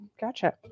gotcha